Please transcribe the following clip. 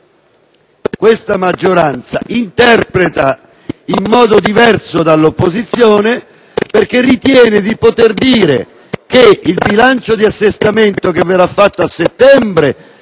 questa maggioranza interpreta le cose in modo diverso dall'opposizione perché ritiene di poter dire che il bilancio di assestamento che verrà fatto a settembre